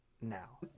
now